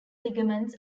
ligaments